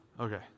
Okay